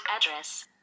address